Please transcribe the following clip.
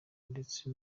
ndetse